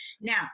now